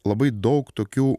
labai daug tokių